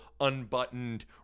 unbuttoned